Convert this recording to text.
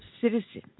citizen